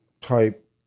type